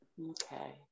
Okay